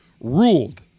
ruled